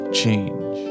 change